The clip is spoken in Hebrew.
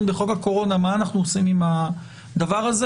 בחוק הקורונה מה אנחנו עושים עם הדבר הזה.